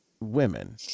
women